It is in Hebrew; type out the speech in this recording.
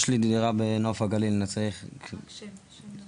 יש לי דירה בנוף הגליל --- מה השם לפרוטוקול?